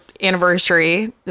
anniversary